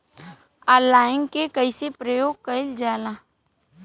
Online के कइसे प्रयोग कइल जाला?